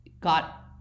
got